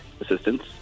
assistance